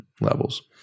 levels